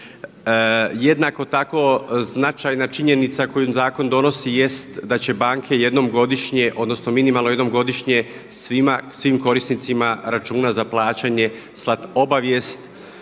Jednako tako značajna činjenica koju zakon donosi jest da će banke jednom godišnje odnosno minimalno jednom godišnje svim korisnicima računa za plaćanje slati obavijest